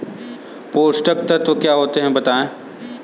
पोषक तत्व क्या होते हैं बताएँ?